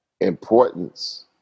importance